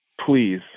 Please